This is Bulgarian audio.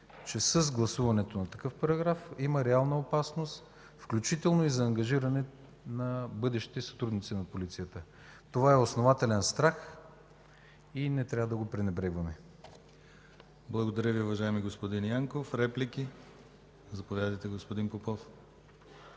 че с гласуването на такъв параграф има реална опасност, включително и за ангажиране на бъдещите сътрудници на полицията. Това е основателен страх и не трябва да го пренебрегваме. ПРЕДСЕДАТЕЛ ДИМИТЪР ГЛАВЧЕВ: Благодаря Ви, уважаеми господин Янков. Реплики? Заповядайте, уважаеми господин Попов.